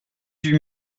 huit